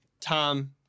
Tom